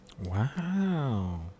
Wow